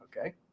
okay